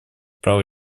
права